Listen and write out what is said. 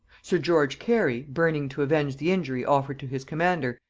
sir george cary, burning to avenge the injury offered to his commander,